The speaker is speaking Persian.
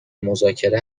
مذاکره